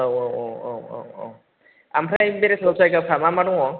औ औ औ औ औ ओमफ्राय बेरायथाव जायगाफ्रा मा मा दङ